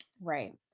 Right